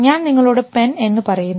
ഞാൻ നിങ്ങളോട് പെൻ എന്ന് പറയുന്നു